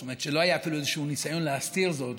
זאת אומרת שלא היה אפילו איזשהו ניסיון להסתיר זאת.